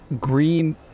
green